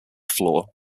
floor